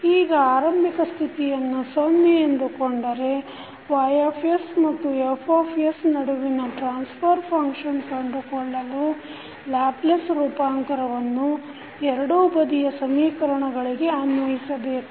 ಈಗ ಆರಂಭಿಕ ಸ್ಥಿತಿಯನ್ನು ಸೊನ್ನೆ ಎಂದುಕೊಂಡರೆ Y ಮತ್ತು F ನಡುವಿನ ಟ್ರಾನ್ಫರ್ ಫಂಕ್ಷನ್ ಕಂಡುಕೊಳ್ಳಲು ಲ್ಯಾಪ್ಲೇಸ್ ರೂಪಾಂತರವನ್ನು ಎರಡೂ ಬದಿಯ ಸಮೀಕರಣಗಳಿಗೆ ಅನ್ವಯಿಸಬೇಕು